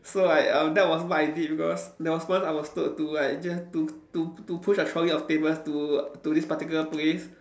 so like um that was what I did because there was once I was told to like just to to to push a trolley of tables to to this particular place